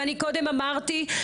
ואני מקודם אמרתי,